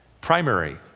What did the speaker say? Primary